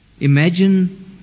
Imagine